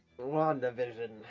WandaVision